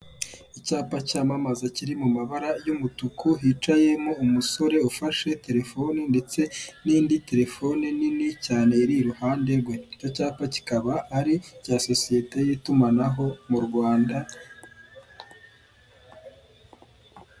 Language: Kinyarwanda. Icyapa cyamamaza kiri mu mabara y'umutuku, hicayemo umusore ufashe telefoni ndetse n'indi telefone nini cyane iri iruhande rwe, icyo cyapa kikaba ari icya sosiyete y'itumanaho mu Rwanda.